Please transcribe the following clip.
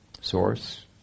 source